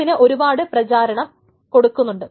അതിന് ഒരുപാട് പ്രചാരണം കൊടുക്കുന്നുണ്ട്